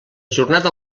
jornada